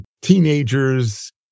teenagers